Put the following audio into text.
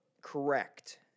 correct